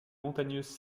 montagneuses